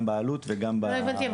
גם בעלות וגם --- לא הבנתי.